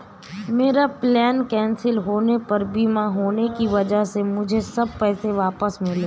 मेरा plane cancel होने पर बीमा होने की वजह से मुझे सब पैसे वापस मिले